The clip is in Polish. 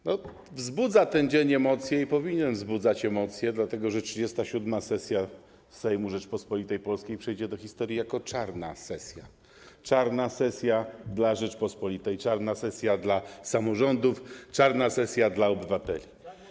Ten dzień wzbudza emocje i powinien wzbudzać emocje, dlatego że 37. sesja Sejmu Rzeczypospolitej Polskiej przejdzie do historii jako czarna sesja, czarna sesja dla Rzeczypospolitej, czarna sesja dla samorządów, czarna sesja dla obywateli.